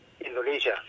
Indonesia